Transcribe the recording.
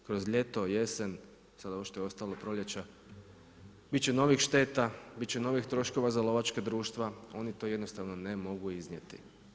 To kroz ljeto, jesen, sada ovo što je ostalo proljeća, biti će novih šteta, biti će novih troškova za lovačka društva, oni to jednostavno ne mogu iznijeti.